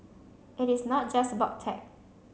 it is not just about tech